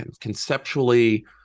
conceptually